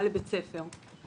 הבן שלי עלה לבית ספר.